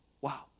Wow